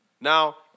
Now